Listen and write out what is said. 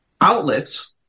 outlets